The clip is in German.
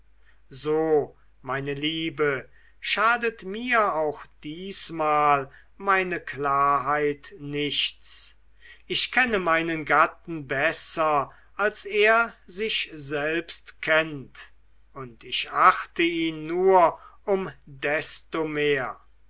so meine liebe schadet mir auch diesmal meine klarheit nichts ich kenne meinen gatten besser als er sich selbst kennt und ich achte ihn nur um desto mehr